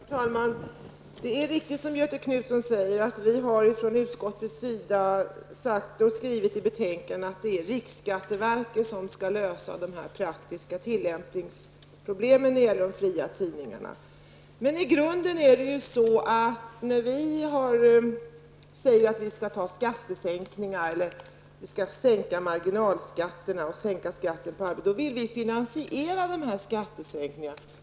Herr talman! Det är riktigt som Göthe Knutson säger, att vi från utskottets sida har skrivit i betänkandet att det är riksskatteverket som skall lösa de praktiska tillämpningsproblemen när de gäller de fria tidningarna. Men i grunden är det ju så, när vi säger att vi skall sänka marginalskatterna och skatten på arbete, att vi vill finansiera dessa skattesänkningar.